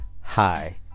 Hi